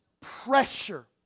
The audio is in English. pressure